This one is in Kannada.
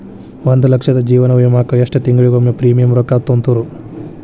ಒಂದ್ ಲಕ್ಷದ ಜೇವನ ವಿಮಾಕ್ಕ ಎಷ್ಟ ತಿಂಗಳಿಗೊಮ್ಮೆ ಪ್ರೇಮಿಯಂ ರೊಕ್ಕಾ ತುಂತುರು?